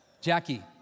Jackie